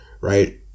right